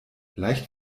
leicht